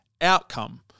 outcome